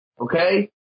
Okay